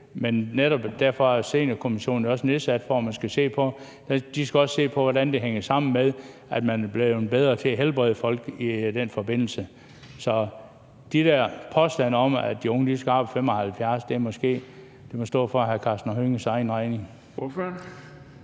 Men netop derfor er seniorkommissionen jo også nedsat, og de skal også i den forbindelse se på, hvordan det hænger sammen med, at man er blevet bedre til at helbrede folk. Så de der påstande om, at de unge skal arbejde, til de er 75 år, må stå for hr. Karsten Hønges egen regning.